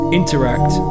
interact